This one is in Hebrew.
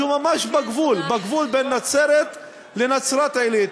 שהוא ממש בגבול בין נצרת לנצרת-עילית.